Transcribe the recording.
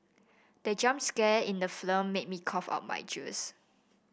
the jump scare in the film made me cough out my juice